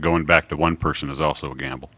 going back to one person is also a gamble